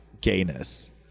gayness